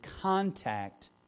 contact